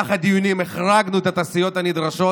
במהלך הדיונים החרגנו את התעשיות הנדרשות,